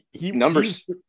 numbers